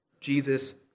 Jesus